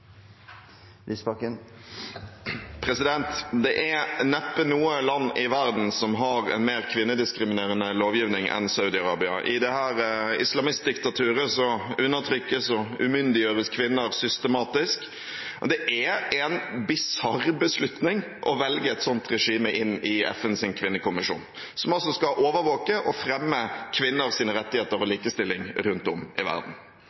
neppe noe land i verden som har en mer kvinnediskriminerende lovgivning enn Saudi-Arabia. I dette islamistdiktaturet undertrykkes og umyndiggjøres kvinner systematisk, og det er en bisarr beslutning å velge et slikt regime inn i FNs kvinnekommisjon, som altså skal overvåke og fremme kvinners rettigheter og likestilling rundt om i verden.